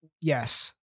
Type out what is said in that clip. yes